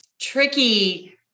tricky